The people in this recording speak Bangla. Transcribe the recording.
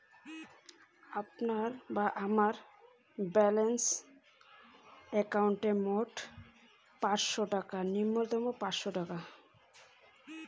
মোর বর্তমান অ্যাকাউন্টের সর্বনিম্ন ব্যালেন্স কত?